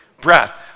breath